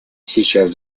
сейчас